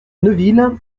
neuville